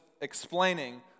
explaining